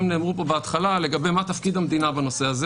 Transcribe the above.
נאמרו פה בהתחלה לגבי מה תפקיד המדינה בנושא הזה